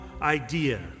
idea